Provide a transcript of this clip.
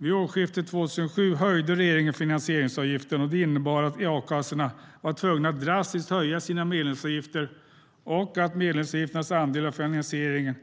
Vid årsskiftet 2007 höjde regeringen finansieringsavgiften. Det innebar att a-kassorna var tvungna att drastiskt höja sina medlemsavgifter och att medlemsavgifternas andel av finansieringen